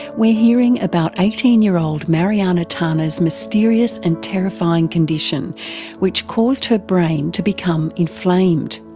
we're hearing about eighteen year old mariana tana's mysterious and terrifying condition which caused her brain to become inflamed.